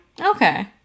Okay